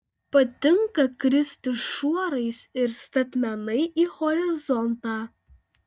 patinka kristi šuorais ir statmenai į horizontą